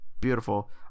beautiful